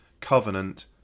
covenant